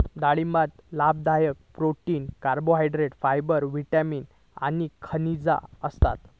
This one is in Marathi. डाळिंबात लाभदायक प्रोटीन, कार्बोहायड्रेट, फायबर, विटामिन आणि खनिजा असतत